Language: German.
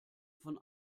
von